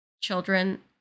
children